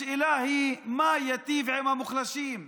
השאלה היא מה ייטיב עם המוחלשים,